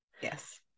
Yes